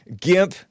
GIMP